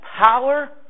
power